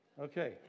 Okay